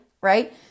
right